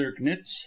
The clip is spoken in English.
Zirknitz